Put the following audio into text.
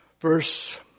Verse